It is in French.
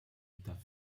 états